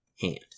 hand